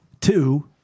two